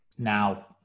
Now